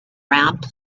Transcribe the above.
round